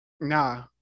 Nah